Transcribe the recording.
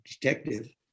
detective